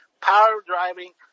power-driving